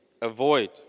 Avoid